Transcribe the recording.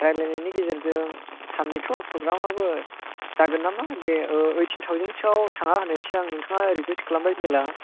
रायज्लायनायनि गेजेरजों साननैथ' प्रग्रामआबो जागोन नामा दे एइटिन थावजेन्डसोआव थांना होनायसै आं नोंथाङा रिकुइस्ट खालामबाय जेब्ला